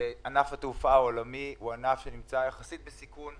ענף התעופה העולמי הוא ענף שנמצא יחסית בסיכון,